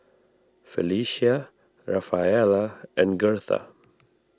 Felicia Rafaela and Girtha